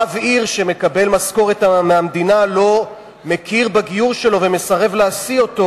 רב עיר שמקבל משכורת מהמדינה לא מכיר בגיור שלו ומסרב להשיא אותו,